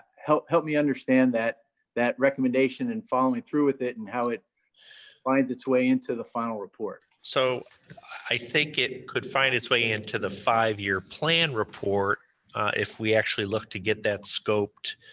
help help me understand that that recommendation and following through with it and how it finds its way into the final report. so i think it could find its way into the five year plan report if we actually look to get that scoped